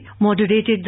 moderated